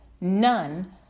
none